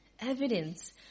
evidence